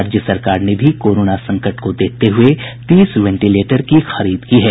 राज्य सरकार ने भी कोरोना संकट को देखते हुये तीस वेंटिलेटर की खरीद की है